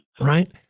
right